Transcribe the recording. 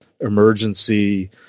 emergency